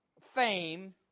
fame